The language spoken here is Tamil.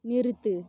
நிறுத்து